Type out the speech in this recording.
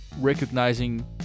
recognizing